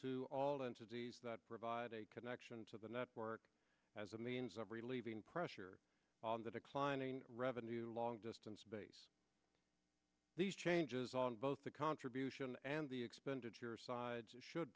to all the entities that provide a connection to the network as a means of relieving pressure on the declining revenue a long distance base these changes on both the contribution and the expenditure side should